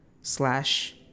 slash